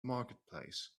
marketplace